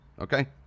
Okay